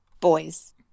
boys